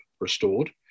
restored